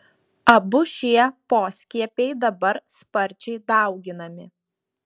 abu šie poskiepiai dabar sparčiai dauginami